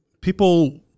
people